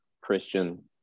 christian